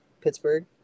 Pittsburgh